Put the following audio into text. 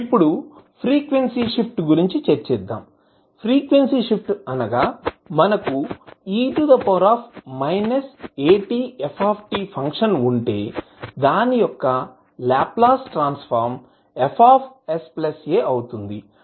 ఇప్పుడు frequency shift గురించి చర్చిద్దాంఈ విధంగా మనకు e atf ఫంక్షన్ ఉంటే దాని యొక్క Laplace transform F s a అవుతుంది